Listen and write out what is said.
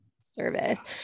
service